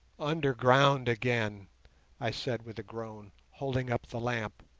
underground again i said with a groan, holding up the lamp.